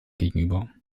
gegenüber